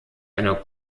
einer